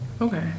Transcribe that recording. Okay